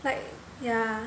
like ya